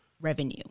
revenue